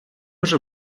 вже